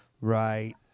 Right